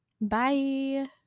Bye